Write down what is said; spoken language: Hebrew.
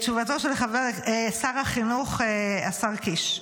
תשובתו של שר החינוך, השר קיש: